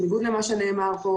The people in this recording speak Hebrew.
בניגוד למה שנאמר פה,